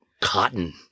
cotton